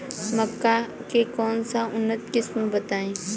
मक्का के कौन सा उन्नत किस्म बा बताई?